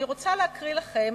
אני רוצה להקריא לכם